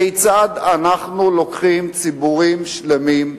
כיצד אנחנו לוקחים ציבורים שלמים,